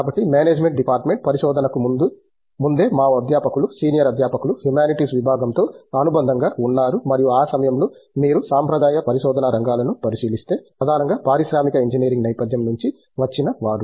కాబట్టి management department పరిశోధనకు ముందే మా అధ్యాపకులు సీనియర్ అధ్యాపకులు హ్యుమానిటీస్ విభాగంతో అనుబంధంగా ఉన్నారు మరియు ఆ సమయంలో మీరు సంప్రదాయ పరిశోధన రంగాలను పరిశీలిస్తే ప్రధానంగా పారిశ్రామిక ఇంజనీరింగ్ నేపథ్యం నుంచి వచ్చిన వారు